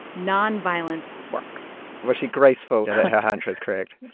nonviolence works was she graceful that her her answer is correct?